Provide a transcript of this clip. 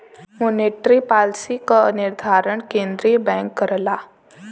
monetary policy क निर्धारण केंद्रीय बैंक करला